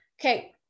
Okay